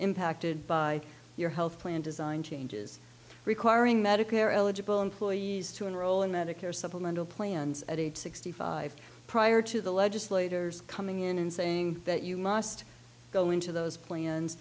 impacted by your health plan design changes requiring medicare eligible employees to enroll in medicare supplemental plans at age sixty five prior to the legislators coming in and saying that you must go into those plans